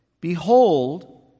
behold